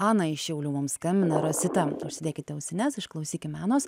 ana iš šiaulių mums skambina rosita užsidėkite ausines išklausykime anos